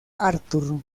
arthur